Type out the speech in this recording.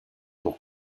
pour